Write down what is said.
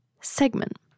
segment